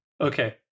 Okay